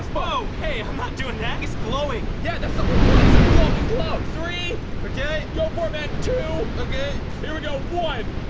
whoa, hey, i'm not doing that. it's glowing. yeah, that's the whole point, is a glowing glove. three. okay. go for it man, two. okay. here we go, one.